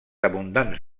abundants